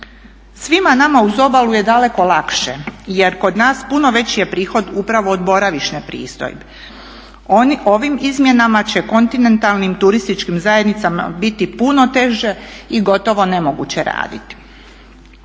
Svima nama uz obalu je daleko lakše jer kod nas puno veći je prihod upravo od boravišne pristojbe. Ovim izmjenama će kontinentalnim turističkim zajednicama biti puno teže i gotovo nemoguće raditi.